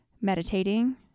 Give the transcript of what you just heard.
meditating